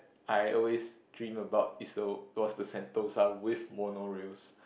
I always dream about is the was the Sentosa with monorails